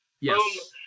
Yes